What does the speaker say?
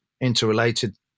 interrelated